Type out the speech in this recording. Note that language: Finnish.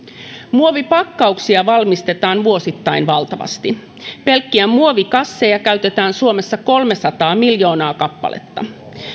muovipakkauksia valmistetaan vuosittain valtavasti pelkkiä muovikasseja käytetään suomessa kolmesataa miljoonaa kappaletta